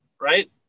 right